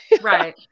Right